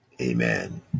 Amen